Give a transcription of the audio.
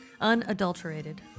unadulterated